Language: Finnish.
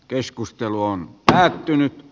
keskustelu on päättynyt